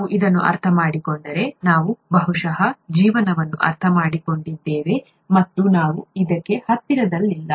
ನಾವು ಇದನ್ನು ಅರ್ಥಮಾಡಿಕೊಂಡರೆ ನಾವು ಬಹುಶಃ ಜೀವನವನ್ನು ಅರ್ಥಮಾಡಿಕೊಂಡಿದ್ದೇವೆ ಮತ್ತು ನಾವು ಇದಕ್ಕೆ ಹತ್ತಿರದಲ್ಲಿಲ್ಲ